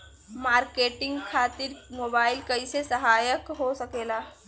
Marketing खातिर mobile कइसे सहायक हो सकेला?